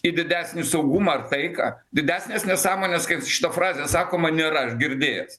į didesnį saugumą ir taiką didesnės nesąmonės kaip šita frazė sakoma nėra girdėjęs